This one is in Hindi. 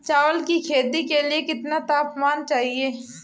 चावल की खेती के लिए कितना तापमान चाहिए?